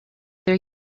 their